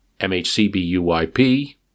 M-H-C-B-U-Y-P